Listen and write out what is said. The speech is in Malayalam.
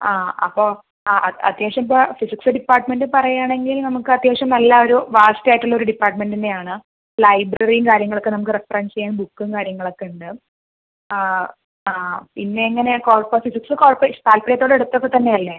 ആ അപ്പം ആ ആ അത്യാവശ്യം എന്താ ഫിസിക്സ് ഡിപ്പാർട്ട്മെൻറ്റ് പറയുകയാണെങ്കിൽ നമുക്ക് അത്യാവശ്യം നല്ല ഒരു വാസ്റ്റ് ആയിട്ട് ഉള്ള ഒരു ഡിപ്പാർട്ട്മെന്റ് തന്നെ ആണ് ലൈബ്രറീം കാര്യങ്ങളൊക്കെ നമുക്ക് റഫറൻസ് ചെയ്യാൻ ബുക്കും കാര്യങ്ങളൊക്കെ ഉണ്ട് ആ പിന്നെ എങ്ങനെ കുഴപ്പം ഫിസിക്സ് കുഴപ്പം താൽപ്പര്യത്തോടെ എടുത്തത് തന്നെ അല്ലേ